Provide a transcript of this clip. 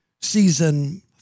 season